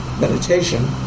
meditation